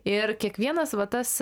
ir kiekvienas va tas